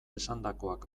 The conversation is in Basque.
esandakoak